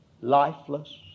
lifeless